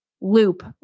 loop